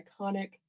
iconic